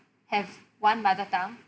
have one mother tongue